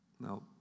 Now